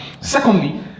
Secondly